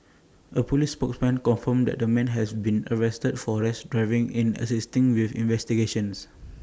A Police spokesman confirmed that A man has been arrested for rash driving in assisting with investigations